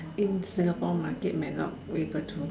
in Singapore market may not able to